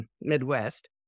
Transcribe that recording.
Midwest